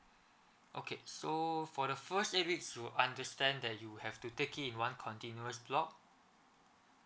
okay so for the first eight weeks you understand that you have to take it in one continuous block